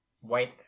white